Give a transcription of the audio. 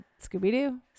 scooby-doo